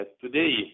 Today